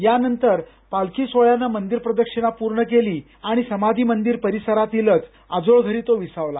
यानंतर पालखी सोहोळ्यानं मंदिर प्रदक्षिणा पूर्ण केली आणि समाधी मंदिर परिसरातीलच आजोळघरी तो विसावला